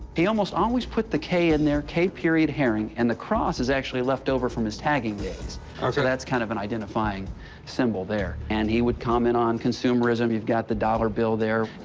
he almost always put the k in there, k period haring. and the cross is actually left over from his tagging days. so that's kind of an identifying symbol there. and he would comment on consumerism. you've got the dollar bill there.